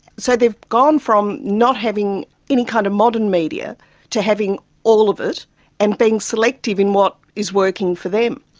so they've gone from not having any kind of modern media to having all of it and being selective in what is working for them.